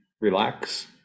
relax